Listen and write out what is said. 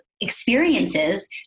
experiences